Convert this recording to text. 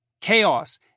Chaos